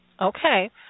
Okay